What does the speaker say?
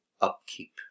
upkeep